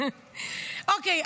אוקיי.